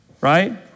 Right